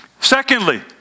Secondly